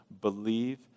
believe